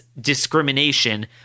discrimination